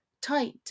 Tight